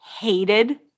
hated